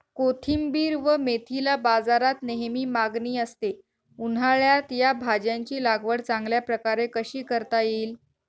कोथिंबिर व मेथीला बाजारात नेहमी मागणी असते, उन्हाळ्यात या भाज्यांची लागवड चांगल्या प्रकारे कशी करता येईल?